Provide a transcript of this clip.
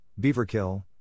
Beaverkill